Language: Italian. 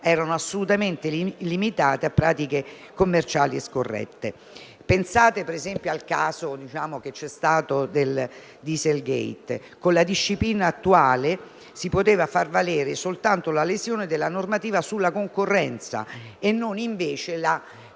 erano limitate a pratiche commerciali scorrette. Pensate - per esempio - che, nel caso del Dieselgate, con la disciplina attuale si poteva far valere soltanto la lesione della normativa sulla concorrenza e non invece